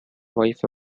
wife